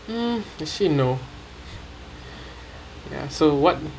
mm actually no ya so what